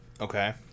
Okay